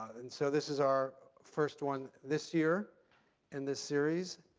and so this is our first one this year in this series.